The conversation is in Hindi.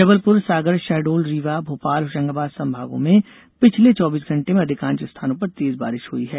जबलपुर सागर षहडोल रीवा भोपाल होषंगाबाद सम्भागों में पिछले चौबीस घंटे में अधिकांष स्थानों पर तेज बारिष हई है